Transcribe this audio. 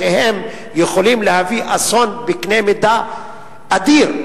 שיכולים להביא אסון בקנה מידה אדיר,